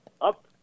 up